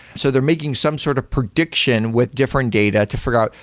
so they're making some sort of prediction with different data to figure out.